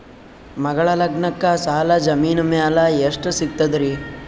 ಮಗಳ ಲಗ್ನಕ್ಕ ಸಾಲ ಜಮೀನ ಮ್ಯಾಲ ಎಷ್ಟ ಸಿಗ್ತದ್ರಿ?